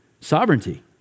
Sovereignty